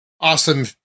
awesome